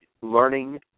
learning